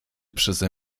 przeze